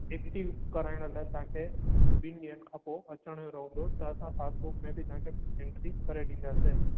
active कराइण लाइ तव्हांखे ॿिनि ॾींहंनि खां पोइ अचनि रहंदो त असां पासबुक में बि तव्हांखे एंट्री करे ॾींदासीं